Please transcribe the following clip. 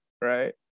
right